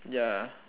ya